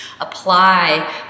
apply